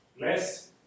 Less